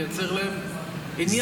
נייצר להם עניין.